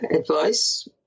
advice